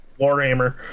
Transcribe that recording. Warhammer